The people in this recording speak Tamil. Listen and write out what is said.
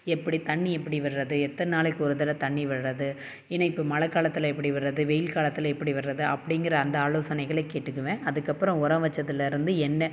எப்படி தண்ணீர் எப்படி விடுறது எத்தனை நாளைக்கு ஒரு தடவை தண்ணீர் விடுகிறது ஏன்னா இப்போ மழை காலத்தில் எப்படி விடுகிறது வெயில் காலத்தில் எப்படி விடுகிறது அப்படிங்கிற அந்த ஆலோசனைகளை கேட்டுக்குவேன் அதுக்கப்புறம் ஒரம் வச்சதுல இருந்து என்ன